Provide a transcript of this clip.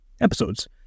episodes